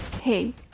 Hey